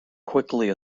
quickly